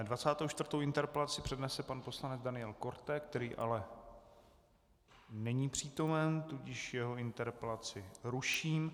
Dvacátou čtvrtou interpelaci přednese pan poslanec Daniel Korte, který ale není přítomen, tudíž jeho interpelaci ruším.